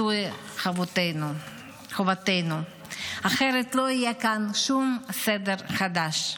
זוהי חובתנו, אחרת לא יהיה כאן שום סדר חדש.